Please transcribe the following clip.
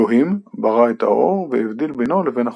אלוהים ברא את האור, והבדיל בינו לבין החושך.